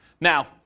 Now